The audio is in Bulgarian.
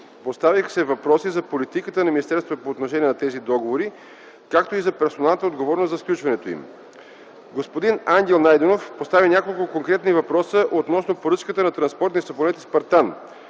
Поставиха се въпроси за политиката на министерството по отношение на тези договори, както и за персоналната отговорност за сключването им. Господин Ангел Найденов постави няколко конкретни въпроса относно поръчката на транспортни самолети „Спартан”,